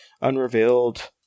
Unrevealed